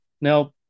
now